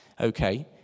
okay